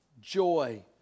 joy